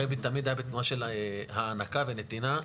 הרבי תמיד היה בתנועה של הענקה ונתינה.